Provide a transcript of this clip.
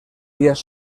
días